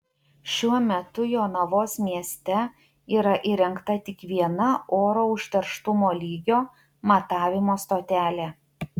šiuo metu jonavos mieste yra įrengta tik viena oro užterštumo lygio matavimo stotelė